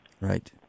Right